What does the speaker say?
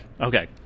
Okay